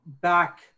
back